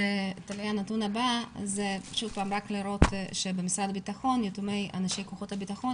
הנתון הבא הוא לראות שנפגעי פעולות האיבה